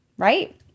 Right